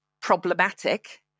problematic